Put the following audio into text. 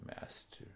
Master